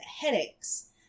headaches